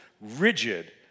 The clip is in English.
rigid